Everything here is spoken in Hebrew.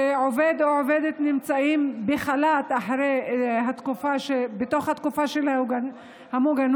כשעובד או עובדת נמצאים בחל"ת בתוך התקופה של המוגנות,